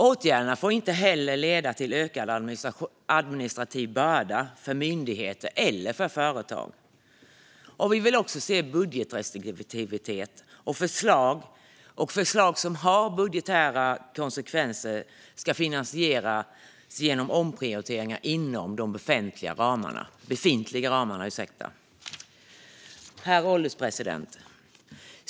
Åtgärderna får inte heller leda till en ökad administrativ börda för myndigheter eller företag. Vi vill också se budgetrestriktivitet. Förslag som har budgetära konsekvenser ska finansieras genom omprioriteringar inom befintliga ramar. Herr ålderspresident!